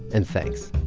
and thanks